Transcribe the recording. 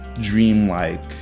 dreamlike